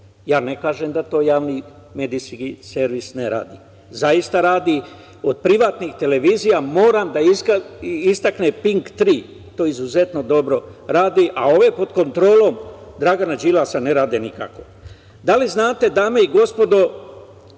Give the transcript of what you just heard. Ja ne kažem da to Javni medijski servis ne radi. Zaista radi. Od privatnih televizija moram da istaknem da „Pink 3“ to izuzetno dobro radi, a ove pod kontrolom Dragana Đilasa ne rade nikako. Da li znate, dame i gospodo,